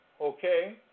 Okay